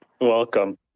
Welcome